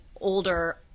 older